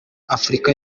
afurika